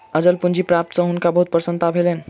अचल पूंजी प्राप्ति सॅ हुनका बहुत प्रसन्नता भेलैन